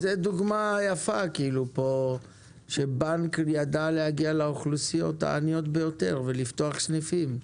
זה דוגמה יפה שבנק ידע להגיע לאוכלוסיות העניות ביותר ולפתוח סניפים.